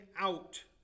out